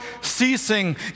ceasing